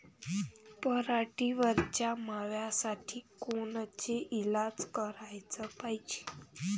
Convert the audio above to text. पराटीवरच्या माव्यासाठी कोनचे इलाज कराच पायजे?